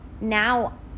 now